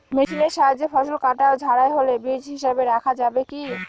মেশিনের সাহায্যে ফসল কাটা ও ঝাড়াই হলে বীজ হিসাবে রাখা যাবে কি?